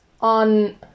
on